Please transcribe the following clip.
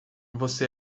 você